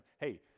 hey